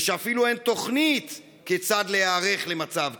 ושאפילו אין תוכנית כיצד להיערך למצב כזה.